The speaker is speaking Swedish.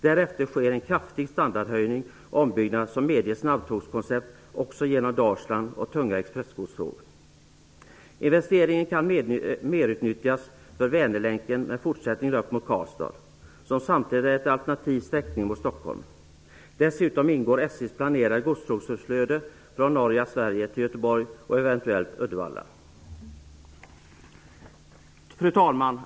Därefter sker en kraftig standardhöjning och ombyggnad som medger snabbtågskoncept och tunga expressgodståg genom Dalsland. Investeringen kan merutnyttjas för Vänerlänken med fortsättning upp mot Karlstad som samtidigt är en alternativ sträckning mot Stockholm. Dessutom ingår SJ:s planerade godstågsflöde från norra Sverige till Fru talman!